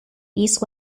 east